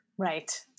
Right